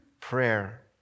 Prayer